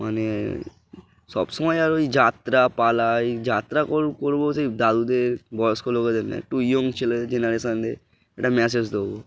মানে সব সময় আর ওই যাত্রা পালা যাত্রা করবো সেই দাদুদের বয়স্ক লোকেদের না একটু ইয়ং ছেলে জেনারেশানদের একটা মেসেজ দেবো